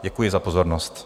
Děkuji za pozornost.